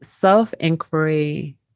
self-inquiry